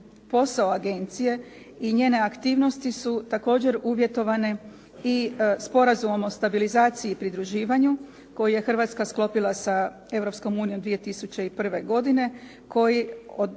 posao agencije i njene aktivnosti su također uvjetovane i sporazumom o stabilizaciji i pridruživanju koji je Hrvatska sklopila sa Europskom unijom